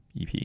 EP